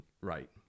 right